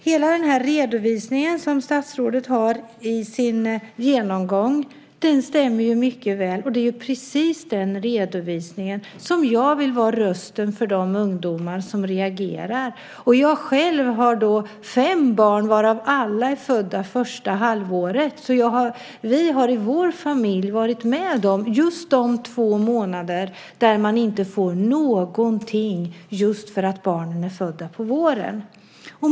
Hela den redovisning som statsrådet gör i sin genomgång stämmer mycket väl. Det är just i fråga om den redovisningen som jag vill vara rösten för de ungdomar som reagerar. Jag har själv fem barn som alla är födda under första halvåret. I vår familj har vi varit med om de två månader då man inte får någonting just därför att barnen är födda på våren.